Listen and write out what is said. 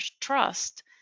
trust